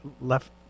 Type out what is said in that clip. left